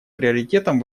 приоритетом